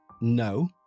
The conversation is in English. No